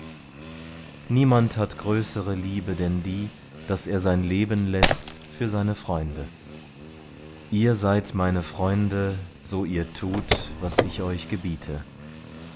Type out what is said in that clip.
niemand hat größere liebe denn die daß er sein leben läßt für seine freunde ihr seid meine freunde so ihr tut was ich euch gebiete